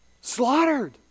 slaughtered